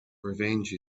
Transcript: revenge